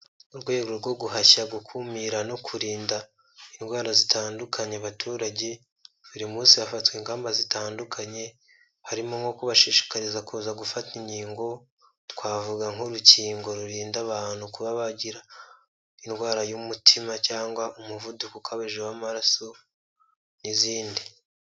Urwego rwo guhashya, gukumira no kurinda indwara zitandukanye. Abaturage, buri munsi hafatwa ingamba zitandukanye harimo nko kubashishikariza kuza gufata inkingo, twavuga nk'urukingo rurinda abantu kuba bagira indwara y'umutima cyangwa umuvuduko ukabije w'amaraso n'izindi.